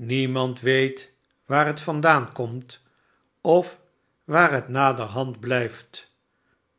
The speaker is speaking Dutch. ietsniemand weet waar het vandaan komt of waar het naderhand blijft